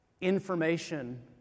information